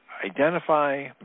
identify